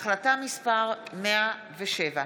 החלטה מס' 106,